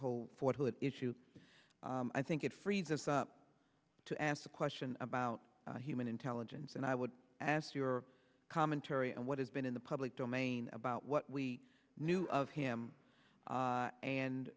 whole fort hood issue i think it frees us up to ask a question about human intelligence and i would ask your commentary and what has been in the public domain about what we knew of him